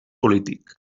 polític